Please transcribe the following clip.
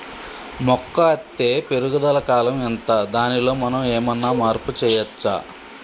మొక్క అత్తే పెరుగుదల కాలం ఎంత దానిలో మనం ఏమన్నా మార్పు చేయచ్చా?